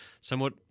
somewhat